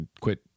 quit